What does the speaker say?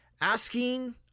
asking